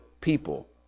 people